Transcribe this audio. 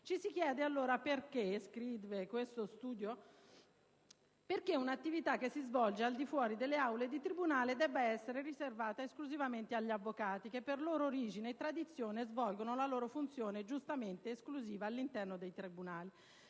Ci si chiede allora «perché» - scrive uno studio - «una attività che si svolge al di fuori delle aule di tribunale debba essere riservata esclusivamente agli avvocati i quali, per loro origine e tradizione, svolgono la loro funzione esclusiva» - giustamente - «all'interno dei tribunali.